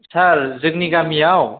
सार जोंनि गामियाव